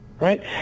right